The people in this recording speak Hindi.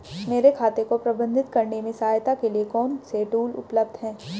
मेरे खाते को प्रबंधित करने में सहायता के लिए कौन से टूल उपलब्ध हैं?